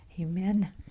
Amen